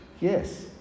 Yes